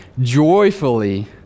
joyfully